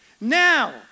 now